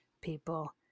people